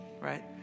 right